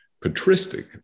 patristic